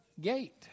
gate